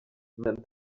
meant